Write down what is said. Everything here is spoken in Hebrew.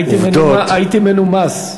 הייתי מנומס.